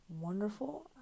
wonderful